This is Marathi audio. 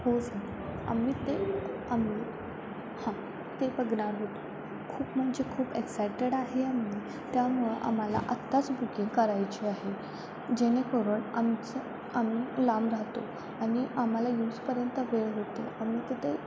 हो सर आम्ही ते आम्ही हां ते बघणार होतो खूप म्हणजे खूप एक्साइटेड आहे आम्ही त्यामुळं आम्हाला आत्ताच बुकिंग करायची आहे जेणेकरून आमचं आम्ही लांब राहतो आणि आम्हाला युस्तपर्यंत वेळ होते आम्ही तिथे